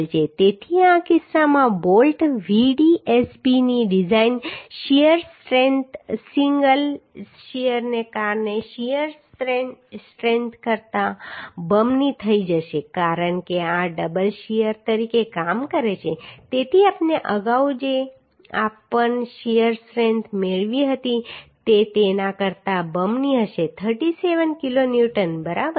તેથી આ કિસ્સામાં બોલ્ટ Vdsb ની ડિઝાઈન શીયર સ્ટ્રેન્થ સિંગલ શીયરને કારણે શીયર સ્ટ્રેન્થ કરતાં બમણી થઈ જશે કારણ કે આ ડબલ શીયર તરીકે કામ કરે છે તેથી આપણે અગાઉ જે પણ શીયર સ્ટ્રેન્થ મેળવી હતી તે તેના કરતાં બમણી હશે 37 કિલોન્યુટન બરાબર